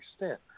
extent